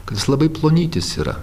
kad jis labai plonytis yra